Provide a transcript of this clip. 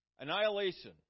Annihilation